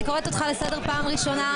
אני קוראת אותך לסדר פעם ראשונה.